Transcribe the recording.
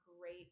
great